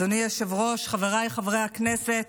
אדוני היושב-ראש, חבריי חברי הכנסת,